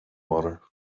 water